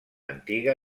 antiga